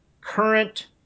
current